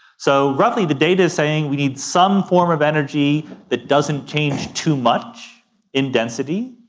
so, roughly the data is saying we need some form of energy that doesn't change too much in density.